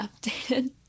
updated